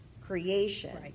creation